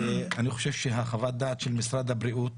אני חושב שחוות הדעת של משרד הבריאות